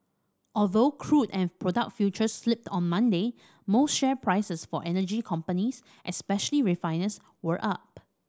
although crude and product futures slipped on Monday most share prices for energy companies especially refiners were up